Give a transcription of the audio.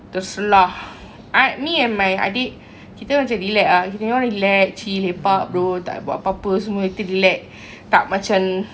terserlah I me and my adik kita orang macam relax ah kita orang relax chill lepak bro tak buat apa-apa semua kita relax tak macam